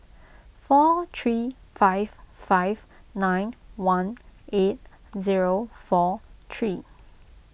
four three five five nine one eight zero four three